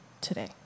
today